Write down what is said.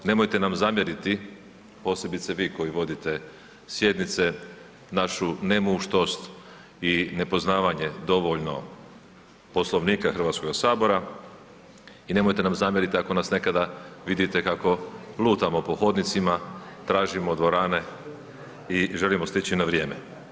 Nemojte nam zamjeriti, posebice vi koji vodite sjednice, našu nemuštost i nepoznavanje dovoljno Poslovnika HS-a i nemojte nam zamjeriti ako nas nekada vidite kako lutamo po hodnicima, tražimo dvorane i želimo stići na vrijeme.